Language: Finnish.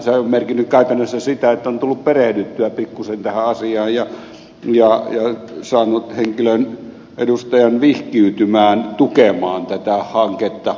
se on merkinnyt käytännössä sitä että on tullut perehdyttyä pikkuisen tähän asiaan ja saanut henkilön edustajan vihkiytymään tukemaan tätä hanketta